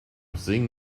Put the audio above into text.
seeing